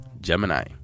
gemini